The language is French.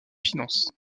finances